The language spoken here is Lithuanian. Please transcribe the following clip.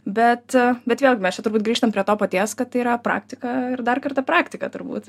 bet bet vėlgi mes čia turbūt grįžtam prie to paties kad tai yra praktika ir dar kartą praktika turbūt